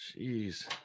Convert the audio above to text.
Jeez